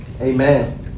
Amen